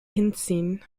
hinziehen